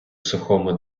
сухому